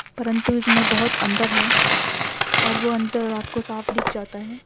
پرنتو اس میں بہت انتر ہے اور وہ انتر آپ کو صاف دکھ جاتا ہے